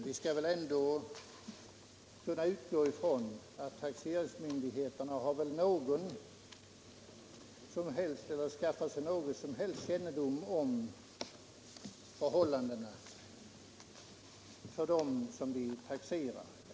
Vi skall väl ändå kunna utgå ifrån att taxeringsmyndigheterna har skaffat sig någon kännedom om förhållandena för dem som de taxerar.